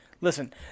Listen